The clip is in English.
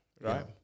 right